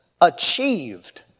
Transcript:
achieved